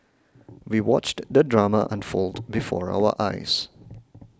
we watched the drama unfold before our eyes